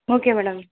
okay madam